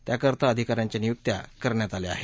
त्या करिता अधिकाऱ्यांच्या नियुक्त्या करण्यात आल्या आहेत